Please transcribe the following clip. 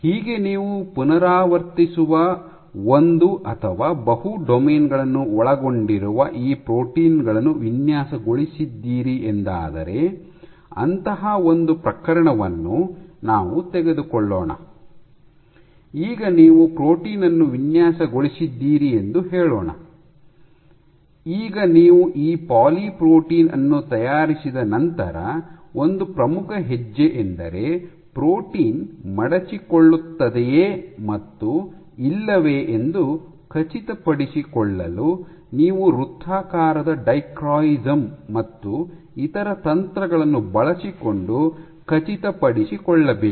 ಹೀಗೆ ನೀವು ಪುನರಾವರ್ತಿಸುವ ಒಂದು ಅಥವಾ ಬಹು ಡೊಮೇನ್ ಗಳನ್ನು ಒಳಗೊಂಡಿರುವ ಈ ಪ್ರೋಟೀನ್ ಗಳನ್ನು ವಿನ್ಯಾಸಗೊಳಿಸಿದ್ದೀರಿ ಎಂದಾದರೆ ಅಂತಹ ಒಂದು ಪ್ರಕರಣವನ್ನು ನಾವು ತೆಗೆದುಕೊಳ್ಳೋಣ ಈಗ ನೀವು ಪ್ರೋಟೀನ್ ಅನ್ನು ವಿನ್ಯಾಸಗೊಳಿಸಿದ್ದೀರಿ ಎಂದು ಹೇಳೋಣ ಈಗ ನೀವು ಈ ಪಾಲಿಪ್ರೊಟೀನ್ ಅನ್ನು ತಯಾರಿಸಿದ ನಂತರ ಒಂದು ಪ್ರಮುಖ ಹೆಜ್ಜೆ ಎಂದರೆ ಪ್ರೋಟೀನ್ ಮಡಚಿಕೊಳ್ಳುತ್ತದೆಯೇ ಮತ್ತು ಇಲ್ಲವೇ ಎಂದು ಖಚಿತಪಡಿಸಿಕೊಳ್ಳಲು ನೀವು ವೃತ್ತಾಕಾರದ ಡೈಕ್ರೊಯಿಸಂ ಮತ್ತು ಇತರ ತಂತ್ರಗಳನ್ನು ಬಳಸಿಕೊಂಡು ಖಚಿತಪಡಿಸಿಕೊಳ್ಳಬೇಕು